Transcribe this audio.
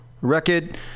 record